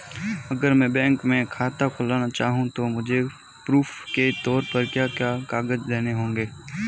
अगर मैं बैंक में खाता खुलाना चाहूं तो मुझे प्रूफ़ के तौर पर क्या क्या कागज़ देने होंगे?